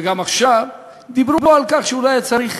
וגם עכשיו, דיברו על כך שאולי היה צריך,